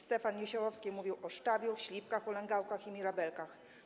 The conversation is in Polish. Stefan Niesiołowski mówił o szczawiu, śliwkach ulęgałkach i mirabelkach.